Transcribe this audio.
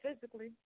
physically